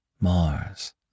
Mars